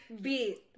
beat